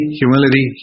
humility